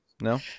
no